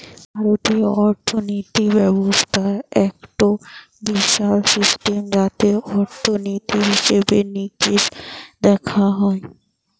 ভারতীয় অর্থিনীতি ব্যবস্থা একটো বিশাল সিস্টেম যাতে অর্থনীতি, হিসেবে নিকেশ দেখা হয়